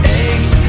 aches